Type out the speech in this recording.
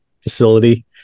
facility